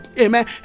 Amen